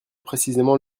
précisément